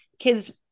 Kids